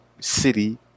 city